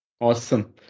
Awesome